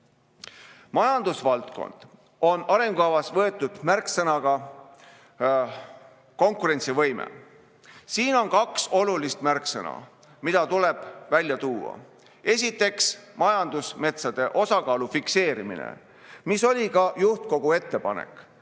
Majandusvaldkond on arengukavasse võetud märksõnaga "konkurentsivõime". Siin on kaks olulist märksõna, mida tuleb välja tuua. Esiteks, majandusmetsade osakaalu fikseerimine, mis oli ka juhtkogu ettepanek,